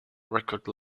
record